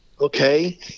okay